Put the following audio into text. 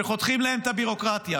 שחותכים להם את הביורוקרטיה,